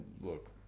look